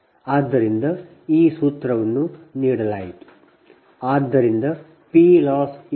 ಆದ್ದರಿಂದ ಈ ಸೂತ್ರವನ್ನು ನೀಡಲಾಯಿತು